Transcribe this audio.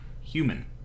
human